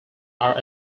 are